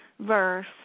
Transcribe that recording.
verse